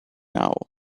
now